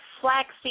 flaxseed